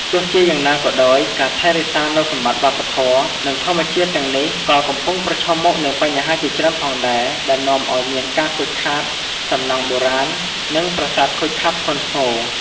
ទោះជាយ៉ាងណាក៏ដោយ ការថែរក្សានូវសម្បត្តិវប្បធម៌ និងធម្មជាតិទាំងនេះក៏កំពុងប្រឈមមុខនឹងបញ្ហាជាច្រើនផងដែរ ដែលនាំអោយមានការខូចខាតសំណង់បុរាណ និងប្រាសាទខូចខាតធ្ងន់ធ្ងរ។